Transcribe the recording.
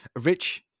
Rich